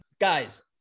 guys